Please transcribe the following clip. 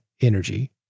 energy